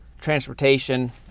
transportation